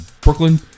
Brooklyn